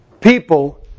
people